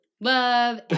Love